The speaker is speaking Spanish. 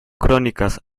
crónicas